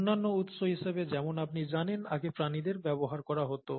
অন্যান্য উৎস হিসেবে যেমন আপনি জানেন আগে প্রাণীদের ব্যবহার করা হত